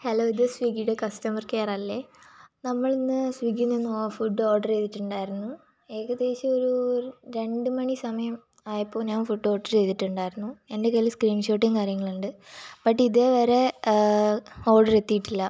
hello ഇത് സ്വിഗ്ഗിയുടെ customer കെയറല്ലേ നമ്മളിൽ നിന്ന് സ്വിഗ്ഗിയിൽ നിന്ന് ഫുഡ് ഓർഡർ ചെയ്തിട്ടുണ്ടായിരുന്നു ഏകദേശം ഒരു രണ്ട് മണി സമയം ആയപ്പോൾ ഞാൻ ഫുഡ് ഓർഡറ് ചെയ്തിട്ടുണ്ടായിരുന്നു എൻ്റെ കയ്യിൽ സ്ക്രീൻ ഷോട്ടും കാര്യങ്ങളുമുണ്ട് ബട്ട് ഇതേവരെ ഓർഡറെത്തിയിട്ടില്ല